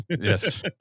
Yes